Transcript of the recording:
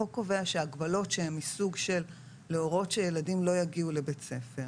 החוק קובע שהגבלות שהן מסוג של להורות שילדים לא יגיעו לבית ספר